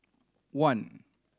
one